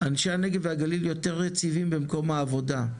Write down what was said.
אנשי הנגב והגליל יותר יציבים במקום העבודה,